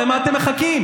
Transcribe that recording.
למה אתם מחכים?